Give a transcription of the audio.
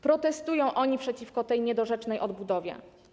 Protestują oni przeciwko tej niedorzecznej odbudowie.